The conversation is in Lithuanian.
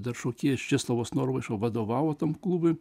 dar šokėjas česlovas norvaiša vadovavo tam klubui